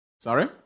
Sorry